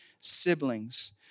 siblings